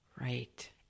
Right